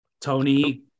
Tony